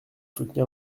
soutenir